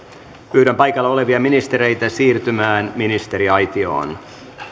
pyydän paikalla olevia ministereitä siirtymään ministeriaitioon